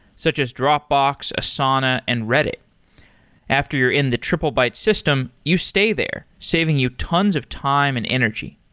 such as dropbox, asana and reddit after you're in the triplebyte system, you stay there saving you tons of time and energy.